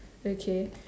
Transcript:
okay